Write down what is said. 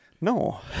No